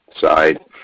side